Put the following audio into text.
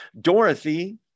Dorothy